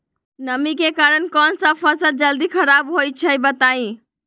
नमी के कारन कौन स फसल जल्दी खराब होई छई बताई?